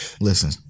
listen